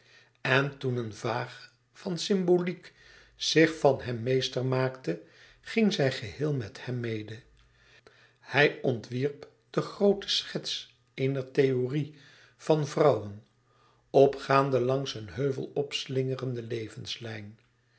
en toen een vaag van symboliek zich van hem meester maakte ging zij geheel met hem mede hij ontwierp de groote schets eener theorie van vrouwen opgaande langs een heuvel opslingerende levenslijn